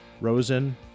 Rosen